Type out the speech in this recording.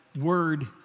word